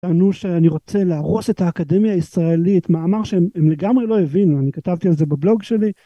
ענו שאני רוצה להרוס את האקדמיה הישראלית מאמר שהם הם לגמרי לא הבינו אני כתבתי על זה בבלוג שלי.